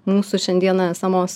mūsų šiandieną esamos